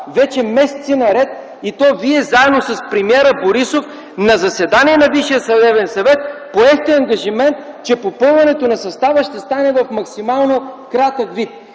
вече месеци наред, и то Вие заедно с премиера Борисов на заседание на Висшия съдебен съвет поехте ангажимент, че попълването на състава ще стане в максимално кратък срок.